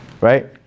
right